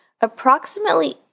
approximately